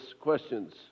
questions